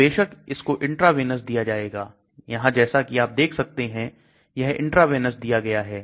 तो बेशक इसको इंट्रावेनस दिया जाएगा यहां जैसा कि आप देख सकते हैं यह इंट्रावेनस दिया गया है